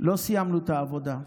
לא סיימנו את העבודה,